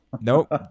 nope